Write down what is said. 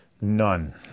None